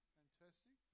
fantastic